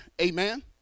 Amen